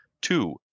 two